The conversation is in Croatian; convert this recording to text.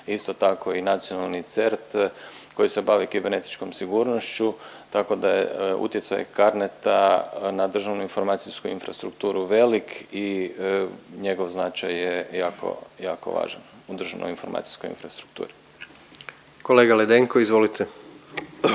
isto tako i Nacionalni CERT koji se bavi kibernetičkom sigurnošću tako da je utjecaj CARNET-a na državnu informacijsku infrastrukturu velik i njegov značaj je jako, jako važan u državnoj informacijskoj infrastrukturi. **Jandroković,